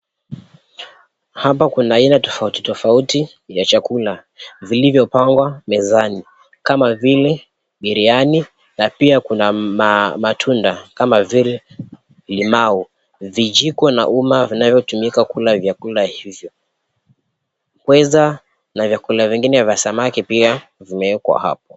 Hapa kuna aina tofauti tofauti ya chakula vilivyopangwa mezani kama vile biriani na pia kuna matunda kama vile limau. Vijiko na uma vinavyotumika kula vyakula hivyo. Pweza na vyakula vingine vya samaki pia vimewekwa hapo.